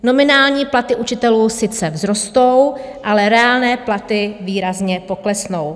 Nominální platy učitelů sice vzrostou, ale reálné platy výrazně poklesnou.